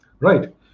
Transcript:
Right